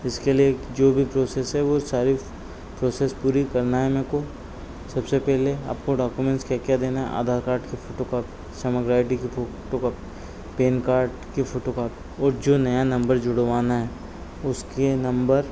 इसके लिए जो भी प्रोसेस है वह सारी प्रोसेस पूरी करनी है मेरे को सबसे पहले आपको डॉक्यूमेन्ट्स क्या क्या देना है आधार कार्ड की फ़ोटोकॉपी समग्र आई डी की फ़ोटोकॉपी पैन कार्ड की फ़ोटोकॉपी और जो नया नम्बर जुड़वाना है उसके नम्बर